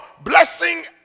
blessing